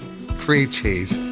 free cheese.